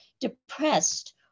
depressed